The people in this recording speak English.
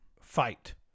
Fight